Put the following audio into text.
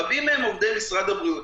רבים מהם עובדי משרד הבריאות.